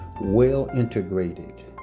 well-integrated